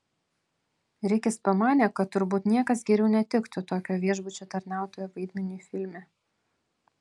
rikis pamanė kad turbūt niekas geriau netiktų tokio viešbučio tarnautojo vaidmeniui filme